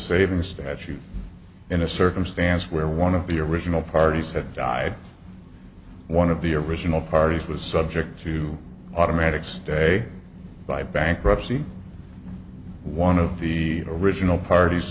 saving statute in a circumstance where one of the original parties had died one of the original parties was subject to automatics day by bankruptcy one of the original parties